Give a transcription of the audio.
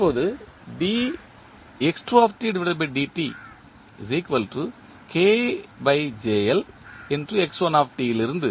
இப்போது லிருந்து